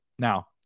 Now